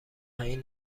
این